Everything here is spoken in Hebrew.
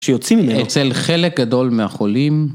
‫שיוצאים... ‫-אצל חלק גדול מהחולים...